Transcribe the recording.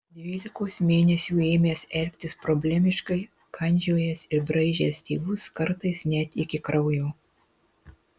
dvylikos mėnesių ėmęs elgtis problemiškai kandžiojęs ir braižęs tėvus kartais net iki kraujo